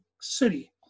city